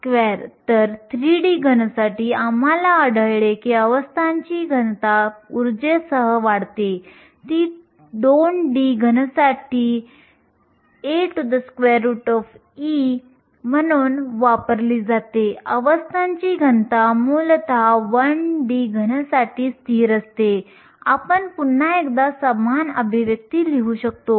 मी फक्त त्या दोन अभिव्यक्तींना पुन्हा लिहितो हे Nc घातांक आणि p हे Nv exp⁡kT आहे आपण बँड आकृतीमध्ये Ec आणि Ev ची स्थिती चिन्हांकित करू शकतो